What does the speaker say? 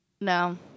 No